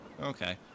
Okay